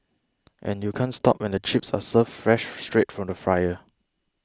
and you can't stop when the chips are served fresh straight from the fryer